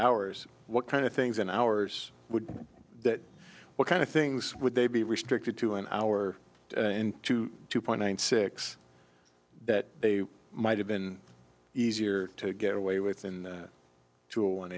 ours what kind of things in ours would that what kind of things would they be restricted to an hour to two point six that they might have been easier to get away with in to an